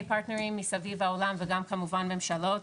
פרטנרים מכל העולם וגם כמובן ממשלות,